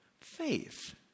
faith